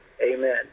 Amen